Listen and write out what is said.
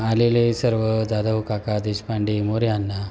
आलेले सर्व दादा व काका देशपांडे मोरे यांना